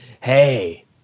hey